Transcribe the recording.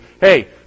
hey